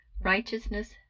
righteousness